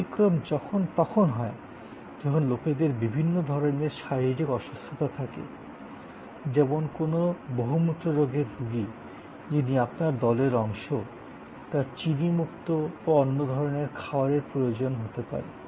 ব্যতিক্রম তখন হয় যখন লোকেদের বিভিন্ন ধরণের শারীরিক অসুস্থতা থাকে যেমন কোনো বহুমূত্ররোগের রুগী যিনি আপনার দলের অংশ তার চিনি মুক্ত বা অন্যান্য ধরণের খাবারের প্রয়োজন হতে পারে